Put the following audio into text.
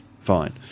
Fine